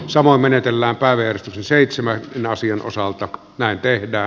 samoin menetellään päivee seitsemän n asian osalta näytteitä